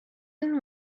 and